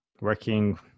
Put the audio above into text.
working